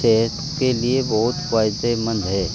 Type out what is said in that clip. صحت کے لیے بہت فائدے مند ہے